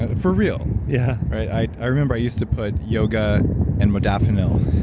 ah for real. yeah i i remember, i used to put yoga and modafinil